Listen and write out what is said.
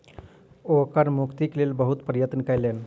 ओ कर मुक्तिक लेल बहुत प्रयत्न कयलैन